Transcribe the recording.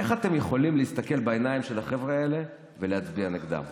איך אתם יכולים להסתכל בעיניים של החבר'ה האלה ולהצביע נגדם?